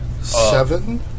Seven